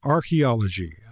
Archaeology